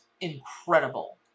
incredible